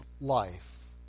life